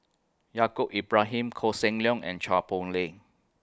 Yaacob Ibrahim Koh Seng Leong and Chua Poh Leng